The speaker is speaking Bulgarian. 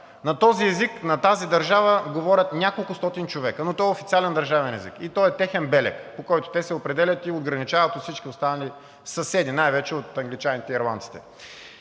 На този език, на тази държава говорят няколкостотин човека, но той е официален държавен език и той е техен белег, по който те се определят и ограничават от всички останали съседи, най вече от англичаните и ирландците.